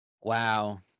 Wow